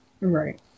Right